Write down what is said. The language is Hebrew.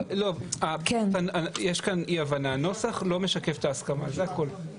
יש כאן אי הבנה, הנוסח לא משקף את ההסכמה, זה הכל.